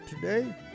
today